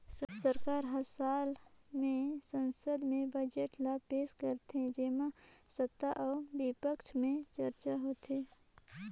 सरकार हर साल में संसद में बजट ल पेस करथे जेम्हां सत्ता अउ बिपक्छ में चरचा होथे